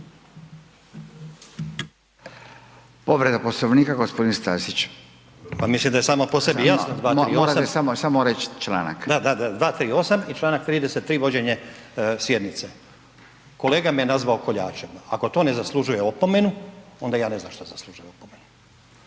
Povreda Poslovnika, gospodin Stazić. **Stazić, Nenad (SDP)** Pa mislim da je samo po sebi jasno, da, 238. i članak 33. vođenje sjednice. Kolega me je nazvao koljačem, ako to ne zaslužuje opomenu onda ja ne znam šta zaslužuje opomenu.